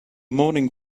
morning